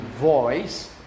voice